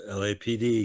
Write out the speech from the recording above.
lapd